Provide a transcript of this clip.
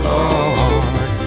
Lord